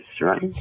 right